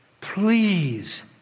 Please